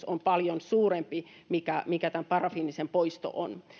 on paljon suurempi kuin tämän parafiinisen tuen poisto on